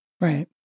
Right